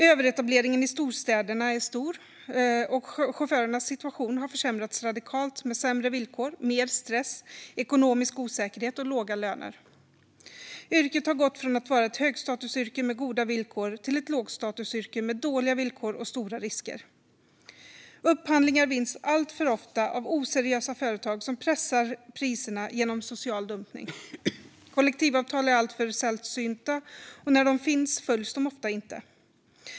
Överetableringen i storstäderna är stor, och chaufförernas situation har försämrats radikalt med sämre villkor, mer stress, ekonomisk osäkerhet och låga löner. Yrket har gått från att vara ett högstatusyrke med goda villkor till ett lågstatusyrke med dåliga villkor och stora risker. Upphandlingar vinns alltför ofta av oseriösa företag som pressar priserna genom social dumpning. Kollektivavtal är alltför sällsynta, och när de finns följs de ofta inte.